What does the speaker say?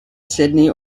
sydney